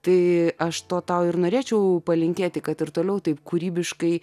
tai aš to tau ir norėčiau palinkėti kad ir toliau taip kūrybiškai